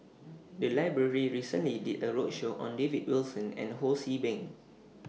The Library recently did A roadshow on David Wilson and Ho See Beng